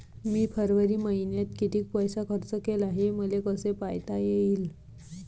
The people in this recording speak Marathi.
मी फरवरी मईन्यात कितीक पैसा खर्च केला, हे मले कसे पायता येईल?